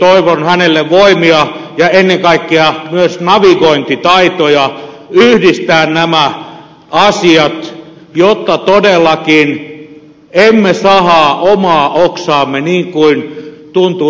toivon hänelle voimia ja ennen kaikkea myös navigointitaitoja yhdistää nämä asiat jotta todellakaan emme sahaa omaa oksaamme niin kuin näyttää